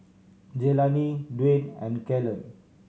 Jelani Dwayne and Kalen